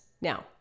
Now